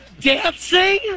dancing